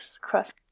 crust